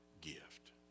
gift